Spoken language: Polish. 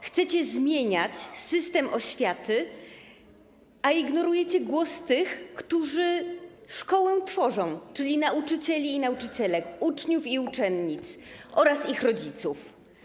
Chcecie zmieniać system oświaty, a ignorujecie głos tych, którzy szkołę tworzą, czyli nauczycieli i nauczycielek, uczniów i uczennic oraz ich rodziców.